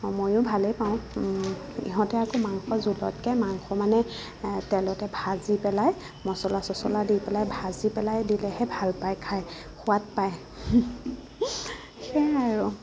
ময়ো ভালে পাওঁ ইহঁতে আকৌ মাংস জোলতকৈ মাংস মানে তেলতে ভাজি পেলাই মছলা চছলা দি পেলাই ভাজি পেলাই দিলেহে ভাল পায় খায় সোৱাদ পায় সেয়াই আৰু